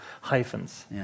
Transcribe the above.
hyphens